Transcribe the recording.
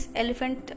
elephant